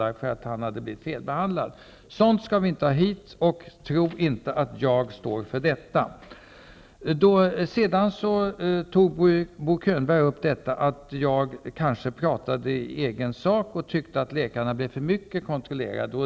Han fick rätt och han fick några miljoner dollar. Sådant skall vi inte ha hit. Tro inte att jag står för detta! Vidare menade Bo Könberg att jag kanske pratade i egen sak när jag tyckte att läkarna blir för mycket kontrollerade.